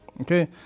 Okay